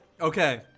Okay